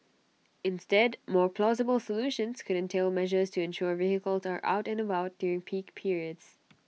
instead more plausible solutions could entail measures to ensure vehicles are out and about during peak periods